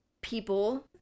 people